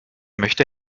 möchte